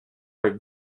avec